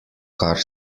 kar